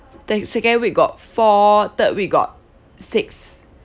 then second week got four third week got six